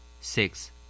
Six